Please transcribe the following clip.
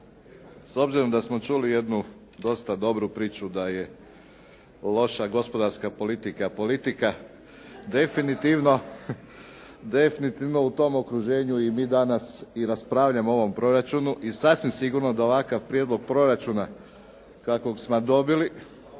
S obzirom da smo čuli jednu dosta dobru priču da je loša gospodarska politika, politika, definitivno u tom okruženju i mi danas i raspravljamo o ovom proračunu i sasvim sigurno da ovakav prijedlog proračuna kakvog smo dobili,